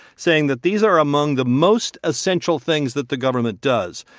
saying that these are among the most essential things that the government does.